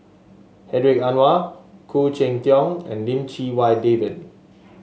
Hedwig Anuar Khoo Cheng Tiong and Lim Chee Wai David